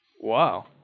wow